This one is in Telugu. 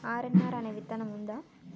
ఆర్.ఎన్.ఆర్ అనే విత్తనం ఉందా?